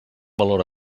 valor